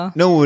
no